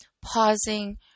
pausing